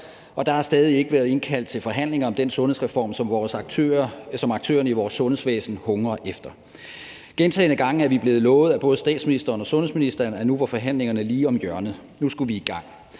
der har stadig væk ikke været indkaldt til forhandlinger om den sundhedsreform, som aktørerne i vores sundhedsvæsen hungrer efter. Gentagne gange er vi blevet lovet af både statsministeren og sundhedsministeren, at nu var forhandlingerne lige om hjørnet, nu skulle vi i gang.